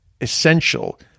essential